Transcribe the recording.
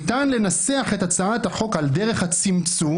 ניתן לנסח את הצעת החוק על דרך הצמצום,